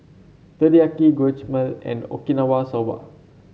Teriyaki Guacamole and Okinawa Soba